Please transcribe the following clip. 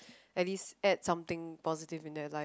at least add something positive in their life